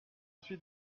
suis